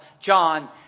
John